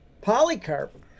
Polycarp